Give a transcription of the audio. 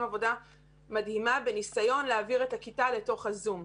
עבודה מדהימה בניסיון להעביר את הכיתה לתוך הזום.